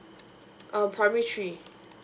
err primary three